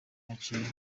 aciye